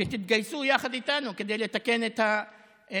שתתגייסו יחד איתנו כדי לתקן את המעוות.